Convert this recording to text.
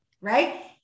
right